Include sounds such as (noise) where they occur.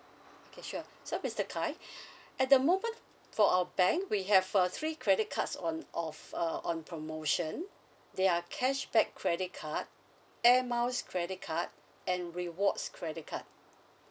okay sure so mister kai (breath) at the moment for our bank we have uh three credit cards on of uh on promotion they are cashback credit card air miles credit card and rewards credit card